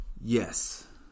yes